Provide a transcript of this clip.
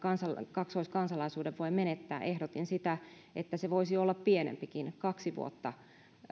kaksoiskansalaisuuden voi menettää ehdotin sitä että se voisi olla pienempikin